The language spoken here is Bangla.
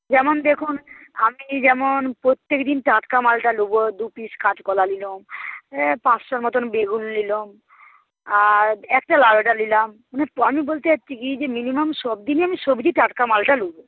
যেমন দেখুন আমি যেমন প্রত্যেকদিন টাটকা মালটা নেব দুপিস কাঁচকলা নিলাম পাঁচশোর মতন বেগুন নিলাম আর একটা লাউডাঁটা নিলাম আমি বলতে চাইছি কি যে মিনিমাম সবদিনই আমি সবজি টাটকা মালটা নেব